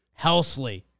Helsley